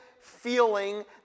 feeling